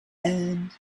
end